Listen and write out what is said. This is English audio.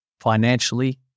financially